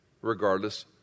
regardless